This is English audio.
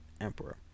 emperor